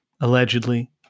allegedly